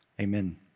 Amen